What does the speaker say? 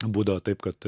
būdavo taip kad